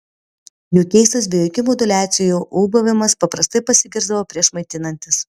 jų keistas be jokių moduliacijų ūbavimas paprastai pasigirsdavo prieš maitinantis